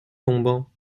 tombant